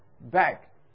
back